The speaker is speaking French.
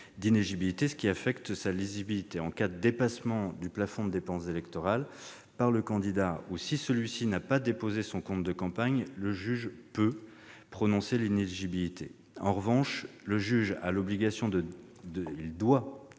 d'inéligibilité, ce qui affecte sa lisibilité. En cas de dépassement du plafond des dépenses électorales par le candidat ou si celui-ci n'a pas déposé son compte de campagne, le juge « peut » prononcer l'inéligibilité. En revanche, il a l'obligation de